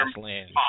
land